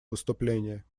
выступление